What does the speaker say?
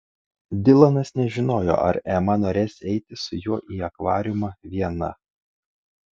dilanas nežinojo ar ema norės eiti su juo į akvariumą viena